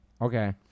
Okay